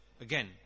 again